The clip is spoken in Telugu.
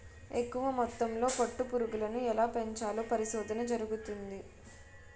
ఎక్కువ మొత్తంలో పట్టు పురుగులను ఎలా పెంచాలో పరిశోధన జరుగుతంది